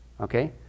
Okay